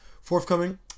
forthcoming